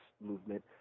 movement